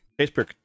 Facebook